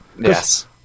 Yes